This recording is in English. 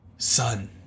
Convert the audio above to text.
son